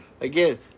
Again